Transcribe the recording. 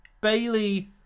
Bailey